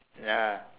ya